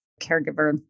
caregiver